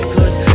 Cause